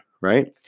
right